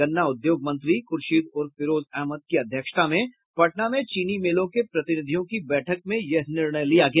गन्ना उद्योग मंत्री खुर्शीद उर्फ फिरोज अहमद की अध्यक्षता में पटना में चीनी मिलों के प्रतिनिधियों की बैठक में यह निर्णय लिया गया